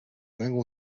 tengo